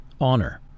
Honor